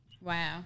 Wow